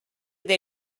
they